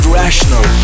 rational